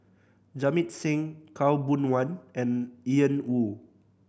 Jamit Singh Khaw Boon Wan and Ian Woo